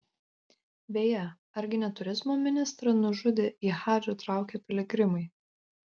beje argi ne turizmo ministrą nužudė į hadžą traukę piligrimai